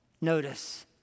Notice